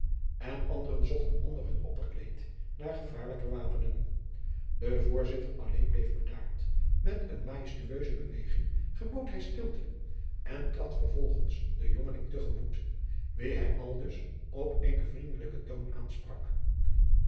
en anderen zochten onder hun opperkleed naaf gevaarlijker wapenen de voorzitter alleen bleef bedaard met eene majestueuse beweging gebood hij stilte en trad vervolgens den jongeling te gemoet wien hij aldus op eenen vriendelijken toon aanpsrak